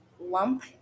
lump